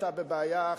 אתה בבעיה,